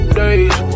days